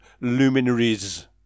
luminaries